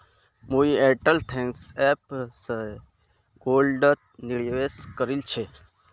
मुई Airtel thanks app स गोल्डत निवेश करील छिले